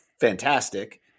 fantastic